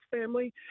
family